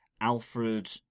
Alfred